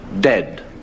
dead